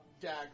dagger